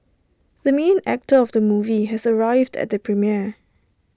the main actor of the movie has arrived at the premiere